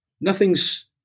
Nothing's